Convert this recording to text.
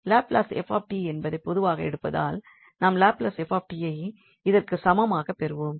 Laplace 𝑓𝑡 என்பதை பொதுவாக எடுப்பதனால் நாம் லாப்லஸ் 𝑓𝑡ஐ இதற்கு சமமாக பெறுவோம்